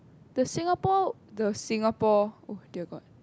the Singapore the Singapore oh dear god